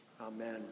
Amen